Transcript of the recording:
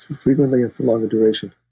frequently and for longer duration.